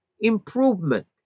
improvement